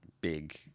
big